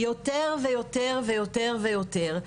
יותר ויותר ויותר ויותר,